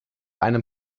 einem